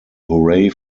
hooray